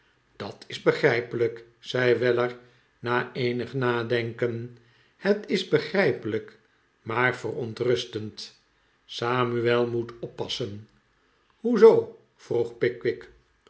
dat is begrijpelijk zei weller na eenig nadenken het is begrijpelijk maar verontrustend samuel moet oppassen hoe zoo vroeg pickwick